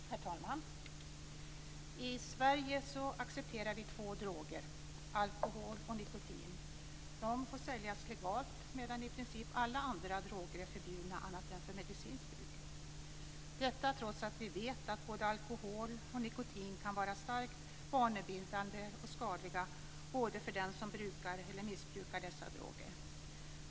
Herr talman! I Sverige accepterar vi två droger, alkohol och nikotin. De får säljas legalt, medan i princip alla andra droger är förbjudna annat än för medicinskt bruk. Detta är fallet trots att vi vet att både alkohol och nikotin kan vara starkt vanebildande och skadliga både för den som brukar och för den som missbrukar dessa droger.